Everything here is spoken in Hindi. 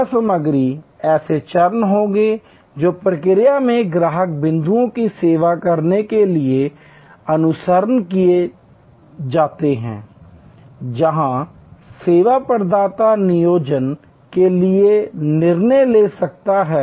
सेवा सामग्री ऐसे चरण होंगे जो प्रक्रिया में ग्राहक बिंदुओं की सेवा करने के लिए अनुसरण किए जाते हैं जहां सेवा प्रदाता नियोजन के लिए निर्णय ले सकता है